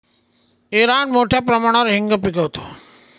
Iran मोठ्या प्रमाणावर हिंग पिकवतो